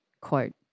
quote